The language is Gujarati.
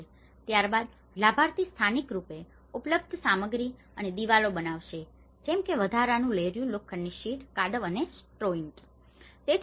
ત્યારબાદ લાભાર્થી સ્થાનિક રૂપે ઉપલબ્ધ સામગ્રી સાથે દિવાલો બનાવશે જેમ કે વધારાની લહેરિયું લોખંડની શીટ કાદવ અને સ્ટ્રો ઇંટો